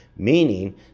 Meaning